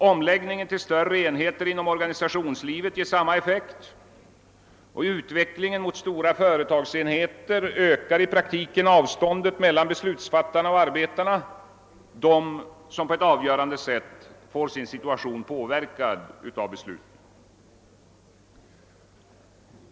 Omläggningen till större enheter inom organisationslivet ger samma effekt, och utvecklingen mot stora företagsenheter ökar i praktiken avståndet mellan beslutsfattarna och arbetarna, de som på ett avgörande sätt får sin situation påverkad av besluten.